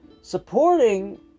supporting